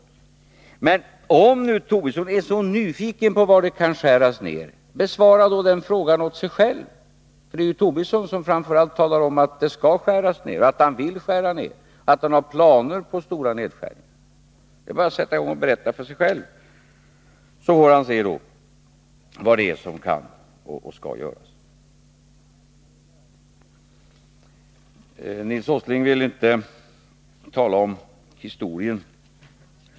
Men om Lars Tobisson är så nyfiken på var det kan skäras ned, besvara då den frågan själv! Det är ju Lars Tobisson som framför allt talar om att det skall skäras ned, att han vill skära ned, att han har planer på stora nedskärningar. Det är bara att sätta i gång och berätta för sig själv, så får han se vad som kan och skall göras. Nils Åsling ville inte tala om historien.